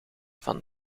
van